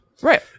Right